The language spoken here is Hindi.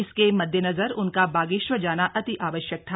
इसके मद्देनजर उनका बागेश्वर जाना अति आवश्यक था